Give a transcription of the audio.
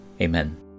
Amen